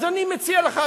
אז אני מציע לך,